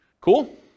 Cool